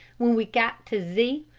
when we got to z,